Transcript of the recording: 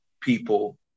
people